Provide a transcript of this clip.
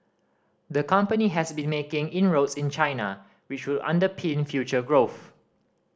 the company has been making inroads in China which would underpin future growth